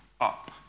up